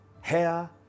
hair